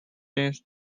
its